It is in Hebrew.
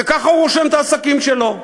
וככה הוא רושם את העסקים שלו.